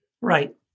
right